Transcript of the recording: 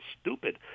stupid